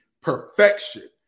perfection